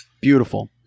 beautiful